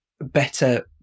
better